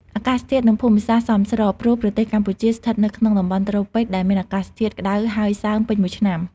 អាកាសធាតុនិងភូមិសាស្ត្រសមស្រប ព្រោះប្រទេសកម្ពុជាស្ថិតនៅក្នុងតំបន់ត្រូពិចដែលមានអាកាសធាតុក្តៅហើយសើមពេញមួយឆ្នាំ។